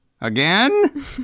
Again